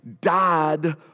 died